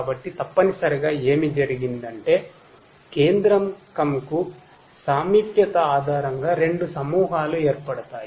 కాబట్టి తప్పనిసరిగా ఏమి జరిగిందంటే కేంద్రకంకు సామీప్యత ఆధారంగా రెండు సమూహాలు ఏర్పడతాయి